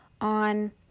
on